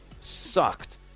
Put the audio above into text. sucked